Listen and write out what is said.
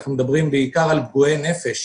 אנחנו מדברים בעיקר על פגועי נפש.